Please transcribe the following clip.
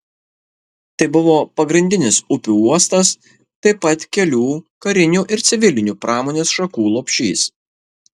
tai buvo pagrindinis upių uostas taip pat kelių karinių ir civilinių pramonės šakų lopšys